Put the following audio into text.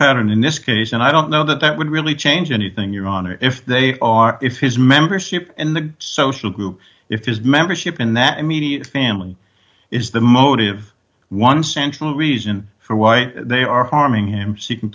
pattern in this case and i don't know that that would really change anything your honor if they are if his membership in the social group if his membership in that immediate family is the motive one central reason for why they are harming him s